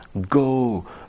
go